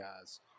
guys